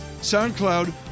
SoundCloud